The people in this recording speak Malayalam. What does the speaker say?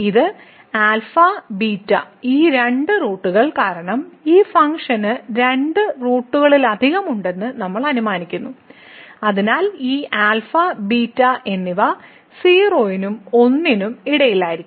ഇത് α β ഈ രണ്ട് റൂട്ടുകൾ കാരണം ഈ ഫംഗ്ഷന് രണ്ട് റൂട്ടുകളിലധികം ഉണ്ടെന്ന് നമ്മൾ അനുമാനിക്കുന്നു അതിനാൽ ഈ α β എന്നിവ 0 നും 1 നും ഇടയിലായിരിക്കും